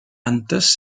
plantes